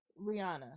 Rihanna